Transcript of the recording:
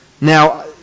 Now